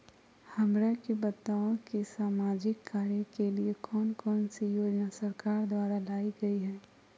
हमरा के बताओ कि सामाजिक कार्य के लिए कौन कौन सी योजना सरकार द्वारा लाई गई है?